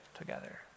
together